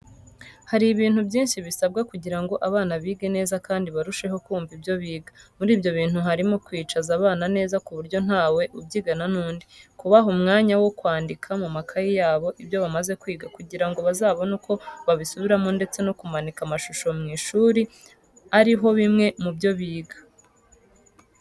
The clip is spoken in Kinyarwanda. Hari ibintu byinshi bisabwa, kugirango abana bige neza kandi barusheho kunva ibyo biga. Muribyo bintu harimo: kwicaza abana neza kuburyo ntawe ubyigana nundi, kubaha umwanya wokwandika mumakayi yabo ibyo bamaze kwiga kugirango bazabone uko babisubiramo ndetse no kumanika amashusho mwishuli ariho bimwe mubyo biga.